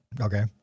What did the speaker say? okay